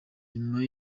nyuma